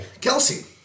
Kelsey